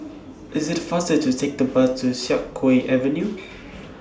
IT IS faster to Take The Bus to Siak Kew Avenue